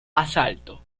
asalto